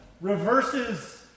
reverses